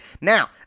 Now